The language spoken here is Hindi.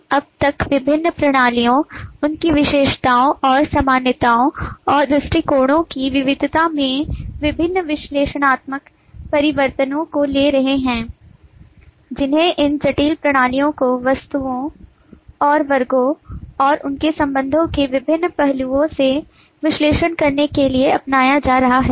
हम अब तक विभिन्न प्रणालियों उनकी विशेषताओं और सामान्यताओं और दृष्टिकोणों की विविधता में विभिन्न विश्लेषणात्मक परिवर्तनों को ले रहे हैं जिन्हें इन जटिल प्रणालियों को वस्तुओं और वर्गों और उनके संबंधों के विभिन्न पहलुओं से विश्लेषण करने के लिए अपनाया जा सकता है